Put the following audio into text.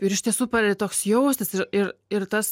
ir iš tiesų pradedi toks jaustis ir ir ir tas